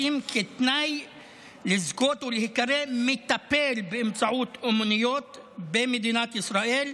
כתנאי לזכות להיקרא מטפל באמצעות אומנויות במדינת ישראל,